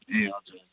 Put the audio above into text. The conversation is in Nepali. ए हजुर